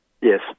Yes